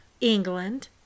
England